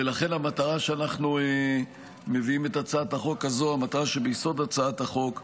ולכן, המטרה לכך שאנחנו מביאים את הצעת החוק הזו,